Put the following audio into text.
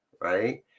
right